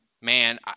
man